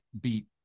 beat